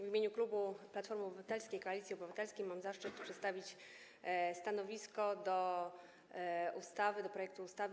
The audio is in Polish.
W imieniu klubu Platformy Obywatelskiej - Koalicji Obywatelskiej mam zaszczyt przedstawić stanowisko odnośnie do projektu ustawy